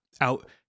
out